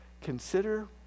consider